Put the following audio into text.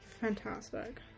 Fantastic